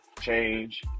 change